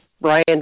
Brian